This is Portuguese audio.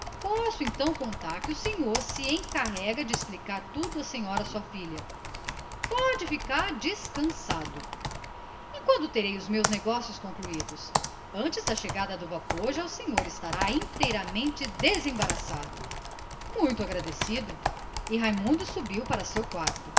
posso então contar que o meu amigo se encarrega de explicar tudo à senhora sua filha pode ficar descansado e quando terei os meus negócios concluídos antes da chegada do vapor já o senhor estará inteiramente desembaraçado muito agradecido e raimundo subiu para o seu quarto